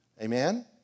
Amen